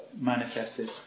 manifested